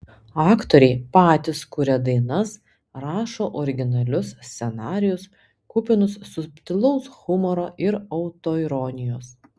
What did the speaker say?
aktoriai patys kuria dainas rašo originalius scenarijus kupinus subtilaus humoro ir autoironijos